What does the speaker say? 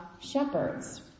shepherds